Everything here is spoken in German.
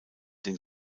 den